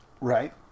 Right